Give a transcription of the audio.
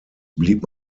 blieb